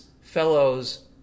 fellows